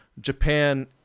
japan